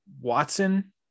Watson